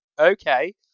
okay